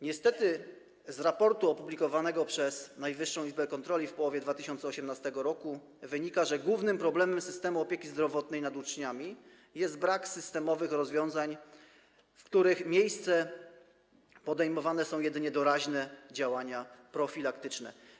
Niestety z raportu opublikowanego przez Najwyższą Izbę Kontroli w połowie 2018 r. wynika, że głównym problemem systemu opieki zdrowotnej nad uczniami jest brak systemowych rozwiązań, w których miejsce podejmowane są jedynie doraźne działania profilaktyczne.